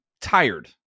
tired